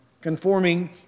conforming